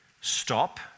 stop